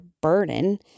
burden